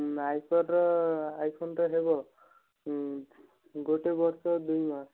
ଆଇପଡ଼୍ର ଆଇଫୋନ୍ଟା ହେବ ଗୋଟେ ବର୍ଷ ଦୁଇମାସ